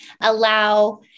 allow